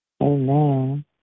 Amen